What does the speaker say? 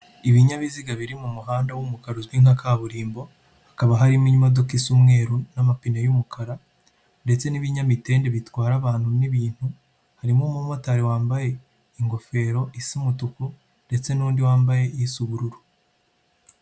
Ibinyabiziga biri mu muhanda w'umukara uzwi nka kaburimbo, hakaba harimo imodoka isa umweruru n'amapine y'umukara ndetse n'ibinyamitende bitwara abantu n'ibintu, harimo umumotari wambaye ingofero isa umutuku ndetse n'undi wambaye isa ubururu.